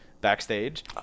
backstage